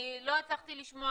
אני לא הצלחתי לשמוע,